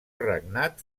regnat